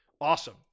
Awesome